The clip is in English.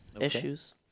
issues